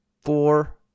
four